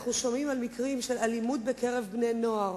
אנחנו שומעים על מקרים של אלימות בקרב בני-נוער.